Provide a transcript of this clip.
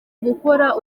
gukora